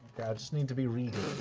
just need to be reading.